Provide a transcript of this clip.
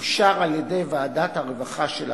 אושר על-ידי ועדת הרווחה של הכנסת,